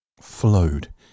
flowed